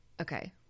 Okay